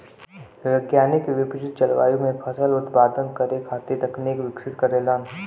वैज्ञानिक विपरित जलवायु में फसल उत्पादन करे खातिर तकनीक विकसित करेलन